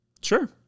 Sure